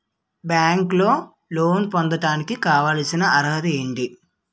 బ్యాంకులో లోన్ పొందడానికి కావాల్సిన అర్హత ఏంటి?